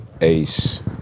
Ace